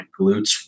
glutes